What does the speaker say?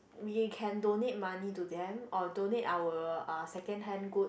we can donate money to them or donate our uh second hand good